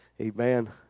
Amen